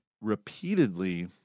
repeatedly